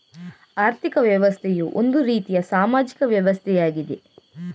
ಆರ್ಥಿಕ ವ್ಯವಸ್ಥೆಯು ಒಂದು ರೀತಿಯ ಸಾಮಾಜಿಕ ವ್ಯವಸ್ಥೆಯಾಗಿದೆ